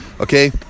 Okay